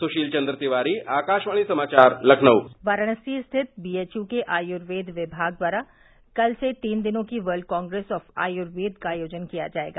सुशील चंद्र तिवारी आकाशवाणी समाचार लखनऊ वाराणसी स्थित बीएचयू के आयुर्वेद विभाग द्वारा कल से तीन दिनों की वर्ल्ड कांग्रेस ऑफ आयुर्वेद का आयोजन किया जायेगा